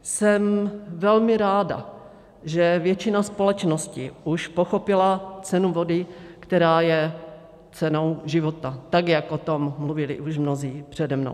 Jsem velmi ráda, že většina společnosti už pochopila cenu vody, která je cenou života, tak jak o tom mluvili již mnozí přede mnou.